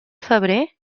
febrer